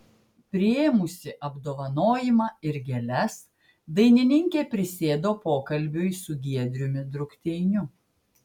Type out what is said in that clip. priėmusi apdovanojimą ir gėles dainininkė prisėdo pokalbiui su giedriumi drukteiniu